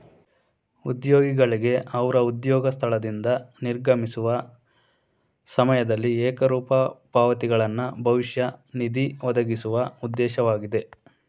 ಉದ್ಯೋಗಿಗಳ್ಗೆ ಅವ್ರ ಉದ್ಯೋಗ ಸ್ಥಳದಿಂದ ನಿರ್ಗಮಿಸುವ ಸಮಯದಲ್ಲಿ ಏಕರೂಪ ಪಾವತಿಗಳನ್ನ ಭವಿಷ್ಯ ನಿಧಿ ಒದಗಿಸುವ ಉದ್ದೇಶವಾಗಿದೆ